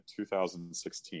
2016